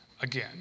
again